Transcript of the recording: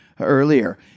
earlier